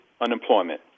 unemployment